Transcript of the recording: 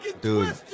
Dude